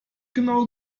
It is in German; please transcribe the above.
genau